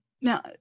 now